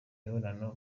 imibonano